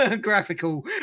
graphical